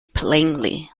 plainly